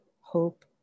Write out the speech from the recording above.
hope